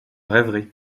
rêverie